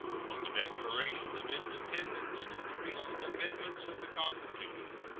from the declaration of independence to the recent amendments of the constitution,